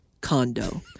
condo